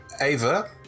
Ava